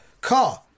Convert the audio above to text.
car